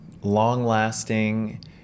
long-lasting